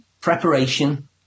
Preparation